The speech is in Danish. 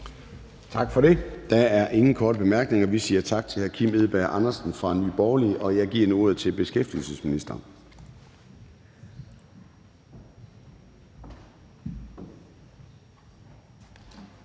Gade): Der er ingen korte bemærkninger, så vi siger tak til hr. Kim Edberg Andersen fra Nye Borgerlige. Jeg giver nu ordet til beskæftigelsesministeren.